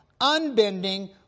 unbending